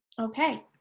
Okay